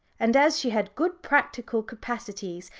and as she had good practical capacities,